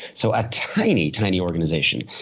so, a tiny, tiny organization.